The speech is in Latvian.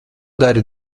dari